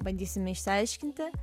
bandysime išsiaiškinti